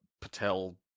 Patel